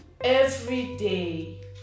everyday